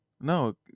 no